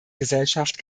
gesellschaft